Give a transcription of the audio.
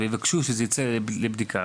ויבקשו שזה ייצא לבדיקה,